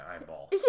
eyeball